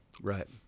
Right